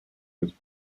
was